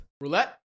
Roulette